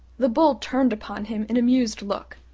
the bull turned upon him an amused look.